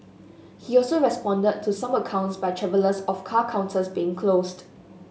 he also responded to some accounts by travellers of car counters being closed